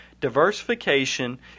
Diversification